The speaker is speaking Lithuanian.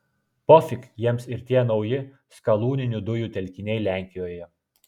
pofik jiems ir tie nauji skalūninių dujų telkiniai lenkijoje